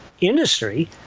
industry